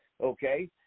Okay